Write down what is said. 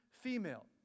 female